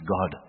God